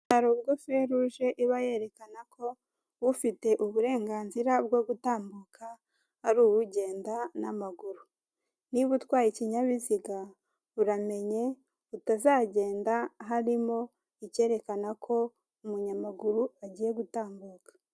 Hari ubwo feruje iba yerekana ko ufite uburenganzira bwo gutambuka ari uwugenda n'amaguru, niba utwaye ikinyabiziga uramenye utazagenda harimo ikerekana ko umunyamaguru agiye gutambuka.